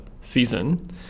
season